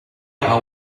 are